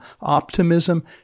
optimism